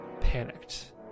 panicked